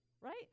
right